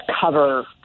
cover